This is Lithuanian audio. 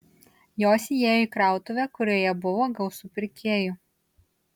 jos įėjo į krautuvę kurioje buvo gausu pirkėjų